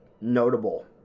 notable